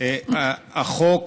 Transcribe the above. החוק